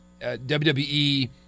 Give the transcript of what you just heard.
WWE